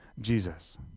Jesus